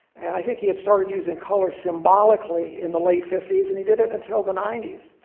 and i think he had started using color symbolically in the late fifty s. and he did it until the ninety s.